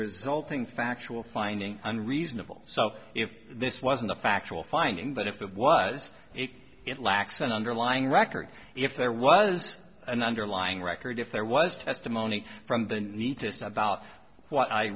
resulting factual finding and reasonable so if this wasn't a factual finding but if it was it lacks an underlying record if there was an underlying record if there was testimony from the neatest about what i